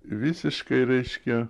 visiškai reiškia